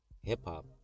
hip-hop